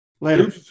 Later